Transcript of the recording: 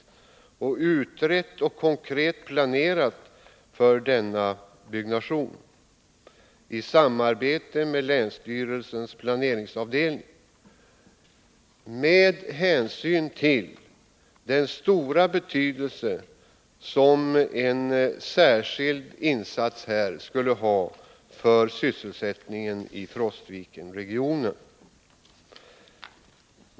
Man har utrett och konkret planerat för denna byggnation i samband med länsstyrelsens planeringsavdelning och då med tanke på den stora betydelse som en särskild insats här skulle få för sysselsättningen i Frostvikenregionen.